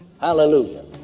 hallelujah